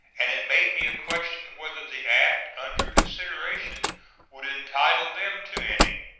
and it may be a question whether the act under consideration would entitle them to any.